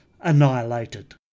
annihilated